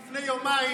אין למה לצפות.